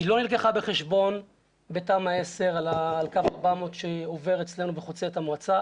היא לא נלקחה בחשבון בתמ"א 10 על קו 400 שעובר אצלנו וחוצה את המועצה.